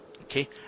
Okay